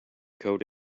coat